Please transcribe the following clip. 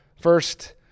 First